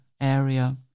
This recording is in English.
area